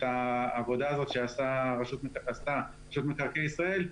העבודה הזאת שעשתה רשות מקרקעי ישראל,